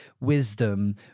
wisdom